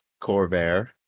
Corvair